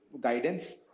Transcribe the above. guidance